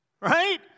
Right